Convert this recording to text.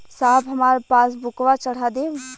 साहब हमार पासबुकवा चढ़ा देब?